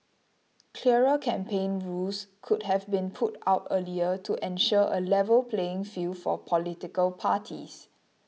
clearer campaign rules could have been put out earlier to ensure a level playing field for political parties